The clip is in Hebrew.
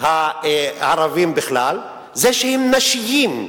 הערבים בכלל, זה שהם נשיים,